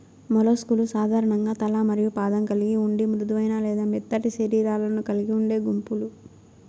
mollusc లు సాధారణంగా తల మరియు పాదం కలిగి ఉండి మృదువైన లేదా మెత్తటి శరీరాలను కలిగి ఉండే గుంపులు